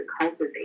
cultivate